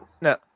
No